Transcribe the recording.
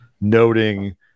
noting